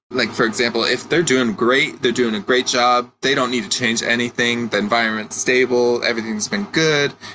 like for example, if they're doing great, they're doing a great job, they don't need to change anything, the environment is stable, everything's been good,